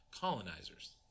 colonizers